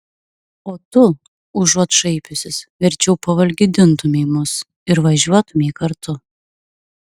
o tu užuot šaipiusis verčiau pavalgydintumei mus ir važiuotumei kartu